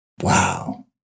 Wow